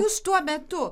jūs tuo metu